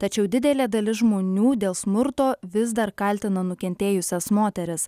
tačiau didelė dalis žmonių dėl smurto vis dar kaltina nukentėjusias moteris